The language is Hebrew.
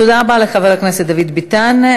תודה רבה לחבר הכנסת דוד ביטן,